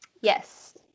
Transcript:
Yes